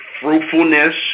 fruitfulness